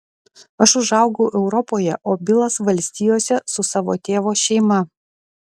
aš užaugau europoje o bilas valstijose su savo tėvo šeima